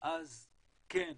אז כן,